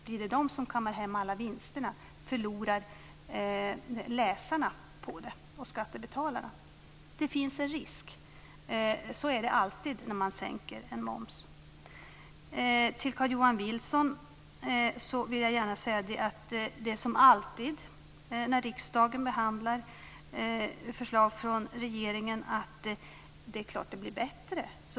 Blir det dessa förlag som kammar hem alla vinsterna? Förlorar läsarna och skattebetalarna på det? Det finns en risk för det. Så är det alltid när man sänker en moms. Till Carl-Johan Wilson vill jag gärna säga att regeringens förslag alltid blir bättre när riksdagen behandlar dem.